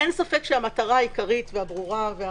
אין ספק שהמטרה העיקרית והברורה של